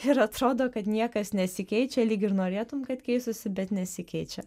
ir atrodo kad niekas nesikeičia lyg ir norėtum kad keistųsi bet nesikeičia